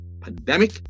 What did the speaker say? pandemic